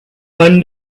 find